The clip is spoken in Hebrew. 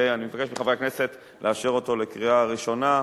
ואני מבקש מחברי הכנסת לאשר אותו בקריאה ראשונה,